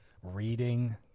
reading